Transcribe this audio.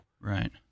Right